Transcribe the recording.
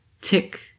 Tick